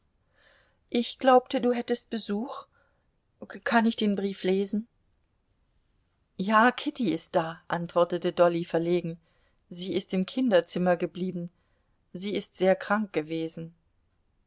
ich glaubte du hättest besuch kann ich den brief lesen ja kitty ist da antwortete dolly verlegen sie ist im kinderzimmer geblieben sie ist sehr krank gewesen